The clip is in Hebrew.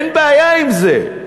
אין בעיה עם זה.